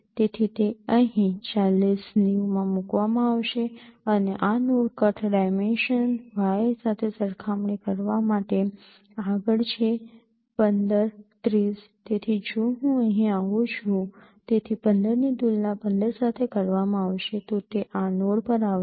તેથી તે અહીં ૪૦ ૯૦ માં મૂકવામાં આવશે અને આ નોડ કટ ડાયમેન્શન y સાથે સરખામણી કરવા માટે આગળ છે ૧૫ ૩૦ તેથી જો હું અહીં આવું છું તેથી ૧૫ ની તુલના ૧૫ સાથે કરવામાં આવશે તો તે આ નોડ પર આવશે